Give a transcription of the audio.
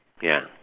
ya